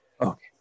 okay